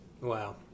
wow